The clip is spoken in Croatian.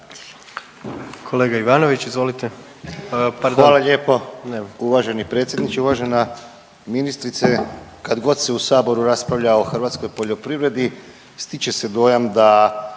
Kolega Ivanović, izvolite.